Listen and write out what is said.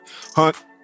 hunt